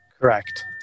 Correct